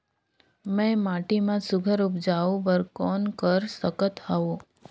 मैं माटी मा सुघ्घर उपजाऊ बर कौन कर सकत हवो?